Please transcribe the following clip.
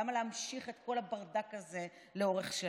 למה להמשיך את כל הברדק הזה לאורך שנים?